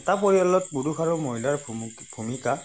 এটা পৰিয়ালত পুৰুষ আৰু মহিলাৰ ভূমিকা